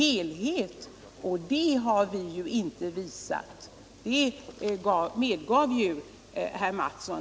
Något sådant har inte gjorts —- det medgav ju herr Mattsson.